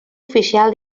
oficial